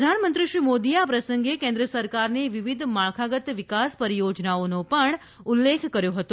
પ્રધાનમંત્રી શ્રી મોદીએ આ પ્રસંગે કેન્દ્ર સરકારની વિવિધ માળખાગત વિકાસ પરિયોજનાઓનો પણ ઉલ્લેખ કર્યો હતો